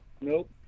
Nope